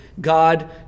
God